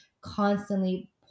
constantly